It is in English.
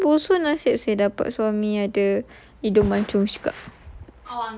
mm tapi busu nasib seh dapat suami dia hidung mancung juga